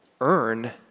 earn